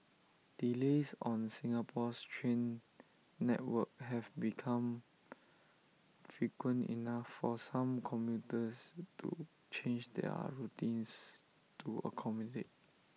delays on Singapore's train network have become frequent enough for some commuters to change their routines to accommodate them